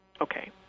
Okay